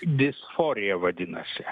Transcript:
disforija vadinasi